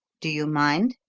do you mind?